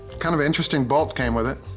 kind of interesting bolt came with it.